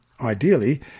Ideally